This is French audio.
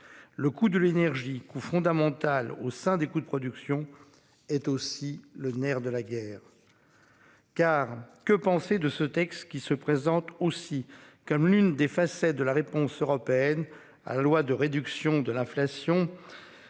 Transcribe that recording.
le coût de l'énergie coup fondamental au sein des coûts de production est aussi le nerf de la guerre. Car que penser de ce texte qui se présente aussi comme l'une des facettes de la réponse européenne à loi de réduction de l'inflation.